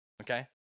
okay